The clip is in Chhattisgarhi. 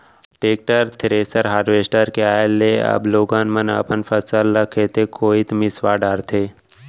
टेक्टर, थेरेसर, हारवेस्टर के आए ले अब लोगन मन अपन फसल ल खेते कोइत मिंसवा डारथें